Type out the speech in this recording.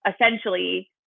essentially